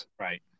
Right